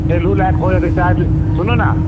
चलै लायक हो जेतै चार्ज सुनू ने